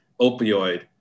opioid